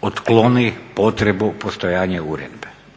otkloni potrebu postojanja uredbe,